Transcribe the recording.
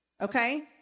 okay